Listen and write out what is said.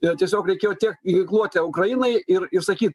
ir tiesiog reikėjo tiekt ginkluotę ukrainai ir ir sakyt